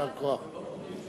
יישר כוח.